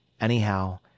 Anyhow